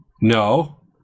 No